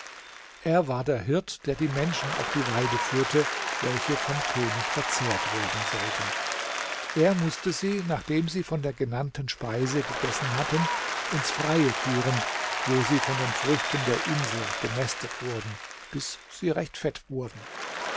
er war der hirt der die menschen auf die weide führte welche vom könig verzehrt werden sollten er mußte sie nachdem sie von der genannten speise gegessen hatten ins freie führen wo sie von den früchten der insel gemästet wurden bis sie recht fett wurden